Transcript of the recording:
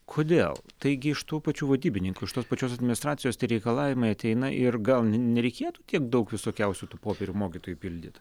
kodėl taigi iš tų pačių vadybininkų iš tos pačios administracijos reikalavimai ateina ir gal ne nereikėtų tiek daug visokiausių tų popierių mokytojui pildyt